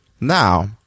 Now